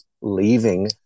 leaving